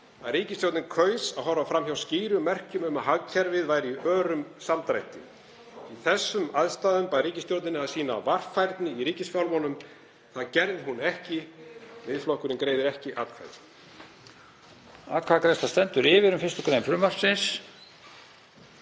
að ríkisstjórnin kaus að horfa fram hjá skýrum merkjum um að hagkerfið væri í örum samdrætti. Í þessum aðstæðum bar ríkisstjórninni að sýna varfærni í ríkisfjármálum. Það gerði hún ekki. Miðflokkurinn greiðir ekki atkvæði.